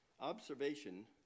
Observation